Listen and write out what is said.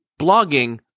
blogging